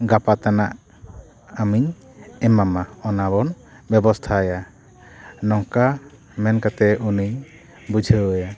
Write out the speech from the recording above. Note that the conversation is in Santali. ᱜᱟᱯᱟ ᱛᱟᱱᱟᱜ ᱟᱢᱤᱧ ᱮᱢᱟᱢᱟ ᱚᱱᱟ ᱵᱚᱱ ᱵᱮᱵᱚᱥᱛᱷᱟᱭᱟ ᱱᱚᱝᱠᱟ ᱢᱮᱱ ᱠᱟᱛᱮᱫ ᱩᱱᱤᱧ ᱵᱩᱡᱷᱟᱹᱣᱮᱭᱟ